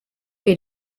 wie